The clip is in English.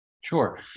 Sure